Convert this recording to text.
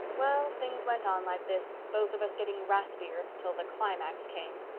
well, things went on like this, both of us getting raspier, till the climax came.